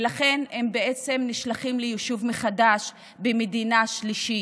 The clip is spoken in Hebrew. ולכן הם בעצם נשלחים ליישוב מחדש במדינה שלישית.